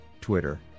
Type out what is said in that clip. Twitter